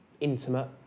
intimate